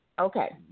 Okay